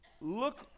Look